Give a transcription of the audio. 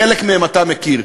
חלק מהם אתה מכיר,